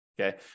okay